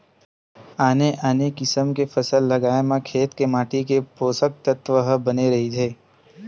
आने आने किसम के फसल लगाए म खेत के माटी के पोसक तत्व ह बने रहिथे